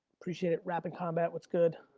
appreciate it. rap and combat, what's good?